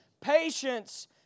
Patience